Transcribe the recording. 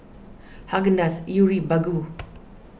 Haagen Dazs Yuri Baggu